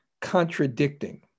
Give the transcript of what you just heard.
contradicting